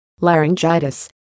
laryngitis